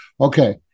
Okay